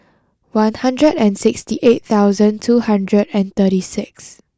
one hundred and sixty eight thousand two hundred and thirty six